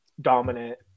dominant